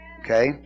Okay